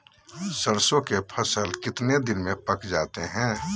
सरसों के फसल कितने दिन में पक जाते है?